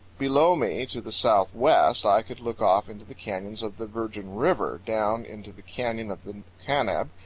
below me, to the southwest, i could look off into the canyons of the virgen river, down into the canyon of the kanab,